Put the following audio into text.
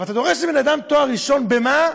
אתה דורש מבן אדם תואר ראשון במה,